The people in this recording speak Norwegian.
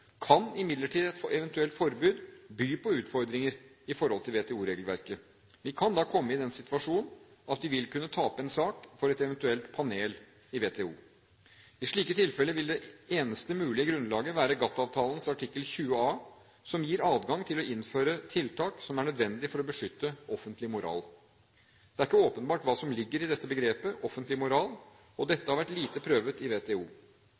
kan imidlertid et eventuelt forbud by på utfordringer i forhold til WTO-regelverket. Vi kan da komme i den situasjonen at vi vil kunne tape en sak for et eventuelt panel i WTO. I slike tilfeller vil det eneste mulige grunnlaget være GATT-avtalens artikkel XX , som gir adgang til å innføre tiltak som er nødvendig for å beskytte offentlig moral. Det er ikke åpenbart hva som ligger i begrepet «offentlig moral», og dette har vært lite prøvet i WTO.